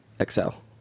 Excel